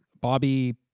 Bobby